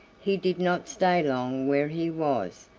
he did not stay long where he was,